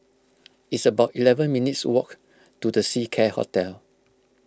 it's about eleven minutes' walk to the Seacare Hotel